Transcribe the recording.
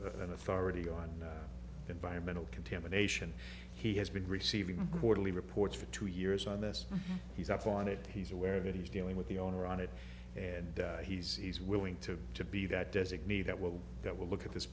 authority on environmental contamination he has been receiving quarterly reports for two years on this he's up on it he's aware of it he's dealing with the owner on it and he's willing to to be that designee that will that will look at this